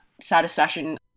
satisfaction